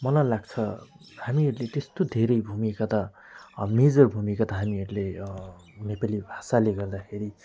मलाई लाग्छ हामीहरूले त्यस्तो धेरै भूमिका त मेजर भूमिका त हामीहरूले नेपाली भाषाले गर्दाखेरि